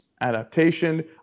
adaptation